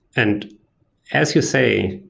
and as you say,